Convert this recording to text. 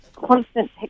constant